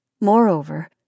Moreover